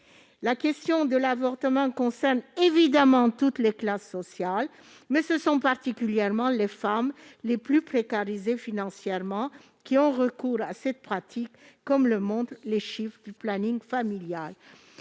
La question de l'avortement concerne évidemment toutes les classes sociales, mais ce sont particulièrement les femmes les plus précarisées financièrement qui ont recours à cette pratique, comme le montrent les chiffres du planning familial.